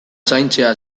zaintzea